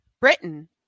Britain